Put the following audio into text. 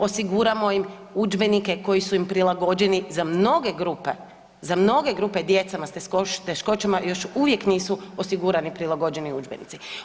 Osiguramo im udžbenike koji su im prilagođeni za mnoge grupe, mnoge grupe djecama s teškoćama još uvijek nisu osigurani prilagođeni udžbenici.